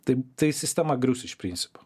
taip tai sistema grius iš principo